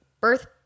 birth